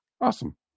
Awesome